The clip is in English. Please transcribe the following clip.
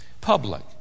public